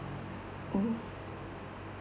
um